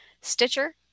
Stitcher